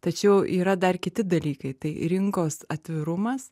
tačiau yra dar kiti dalykai tai rinkos atvirumas